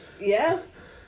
Yes